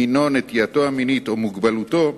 מינו, נטייתו המינית או מוגבלותו,